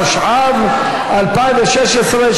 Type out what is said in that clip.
התשע"ו 2016,